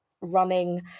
running